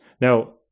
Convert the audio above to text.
now